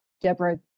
Deborah